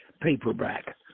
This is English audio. paperback